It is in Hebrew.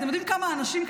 אתם יודעים כמה אנשים,